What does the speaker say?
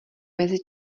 mezi